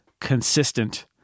consistent